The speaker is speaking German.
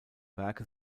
werke